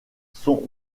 sont